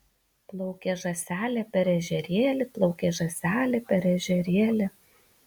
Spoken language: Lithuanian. plaukė žąselė per ežerėlį plaukė žąselė per ežerėlį